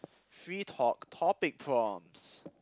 free talk topic prompts